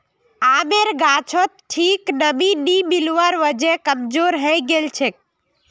आमेर गाछोत ठीक नमीं नी मिलवार वजह कमजोर हैं गेलछेक